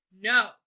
No